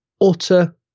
Utter